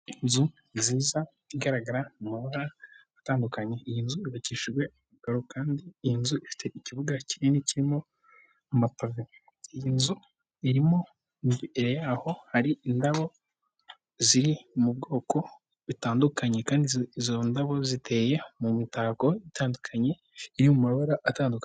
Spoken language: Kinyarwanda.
Inzu nziza igaragara mu amabara atandukanye, iyi nzu yubabakishijwe amakaro kandi iyi nzu ifite ikibuga kinini kirimo amapave, iyi nzu irimo imbere yaho hari indabo ziri mu bwoko butandukanye kandi izo ndabo ziteye mu mitako itandukanye iri mu mabara atandukanye.